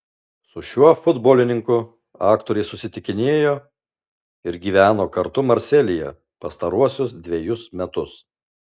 su šiuo futbolininku aktorė susitikinėjo ir gyveno kartu marselyje pastaruosius dvejus metus